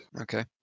Okay